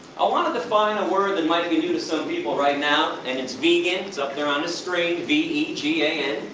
i want to define a word that might be new to some people right now, and it's vegan, it's up there, on the screen v e g a n.